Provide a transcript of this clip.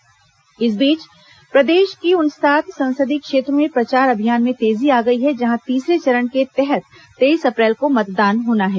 प्रचार अभियान इस बीच प्रदेश की उन सात संसदीय क्षेत्रों में प्रचार अभियान में तेजी आ गई है जहां तीसरे चरण के तहत तेईस अप्रैल को मतदान होना है